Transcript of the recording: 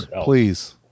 Please